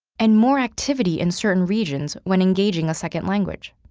and more activity in certain regions when engaging a second language.